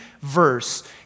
verse